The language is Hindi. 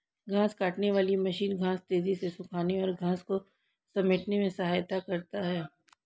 घांस काटने वाली मशीन घांस तेज़ी से सूखाने और घांस को समेटने में सहायता करता है